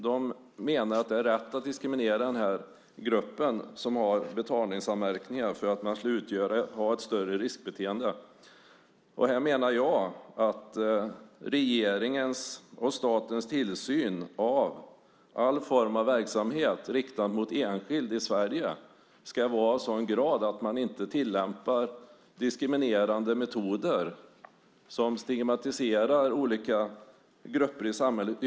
De menar att det är rätt att diskriminera gruppen som har betalningsanmärkningar eftersom den skulle ha ett större riskbeteende. Här menar jag att regeringens och statens tillsyn av all form av verksamhet riktad mot enskild i Sverige ska vara av en sådan grad att man inte tillämpar diskriminerande metoder som ytterligare stigmatiserar olika grupper i samhället.